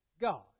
God